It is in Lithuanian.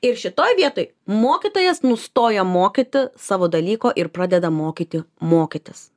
ir šitoj vietoj mokytojas nustojo mokyti savo dalyko ir pradeda mokyti mokytis